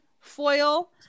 foil